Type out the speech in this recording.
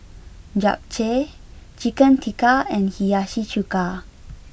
Japchae Chicken Tikka and Hiyashi chuka